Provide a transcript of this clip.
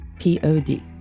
P-O-D